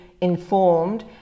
informed